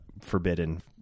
forbidden